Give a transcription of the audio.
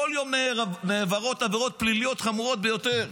כל יום נעברות עבירות פליליות חמורות ביותר.